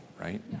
right